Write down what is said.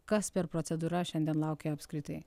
kas per procedūra šiandien laukia apskritai